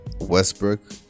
Westbrook